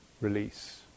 release